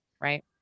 right